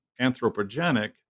anthropogenic